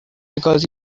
because